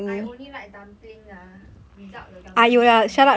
I only like dumpling ah a without the dumping skin